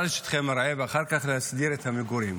לשטחי מרעה ואחר כך להסדיר את המגורים,